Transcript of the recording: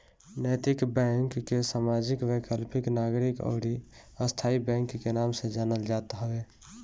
नैतिक बैंक के सामाजिक, वैकल्पिक, नागरिक अउरी स्थाई बैंक के नाम से जानल जात हवे